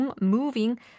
moving